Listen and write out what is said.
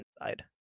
inside